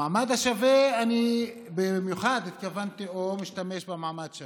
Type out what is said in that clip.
המעמד השווה, השתמשתי במיוחד כי